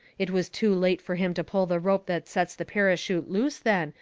it was too late fur him to pull the rope that sets the parachute loose then,